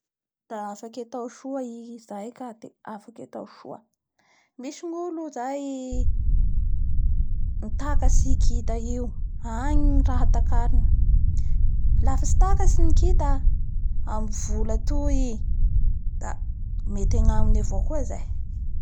Da afaky atao soa i zay ka da afaky atao soa, misy gn'olo zay mitakatsy i kita io, agny ny raha takariny lafa tsy takatsiny ny kita amin'ny vola atoy da mety angaminy avao koa zay I.